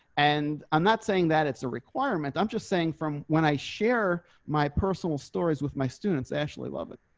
and i'm not saying that it's a requirement. i'm just saying from when i share my personal stories with my students actually love it.